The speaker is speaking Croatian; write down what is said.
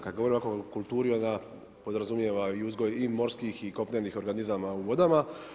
Kad govorimo o akvakulturi, onda podrazumijeva i uzgoj i morskih i kopnenih organizama u vodama.